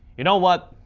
you know what?